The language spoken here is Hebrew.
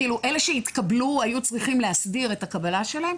אלה שהתקבלו היו צריכים להסדיר את הקבלה שלהם.